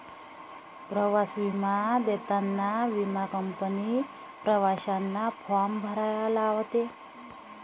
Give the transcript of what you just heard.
प्रवास विमा देताना विमा कंपनी प्रवाशांना फॉर्म भरायला लावते